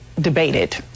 debated